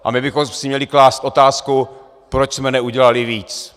A my bychom si měli klást otázku, proč jsme neudělali víc.